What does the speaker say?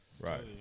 Right